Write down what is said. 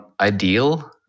ideal